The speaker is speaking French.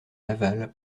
laval